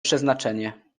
przeznaczenie